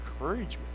encouragement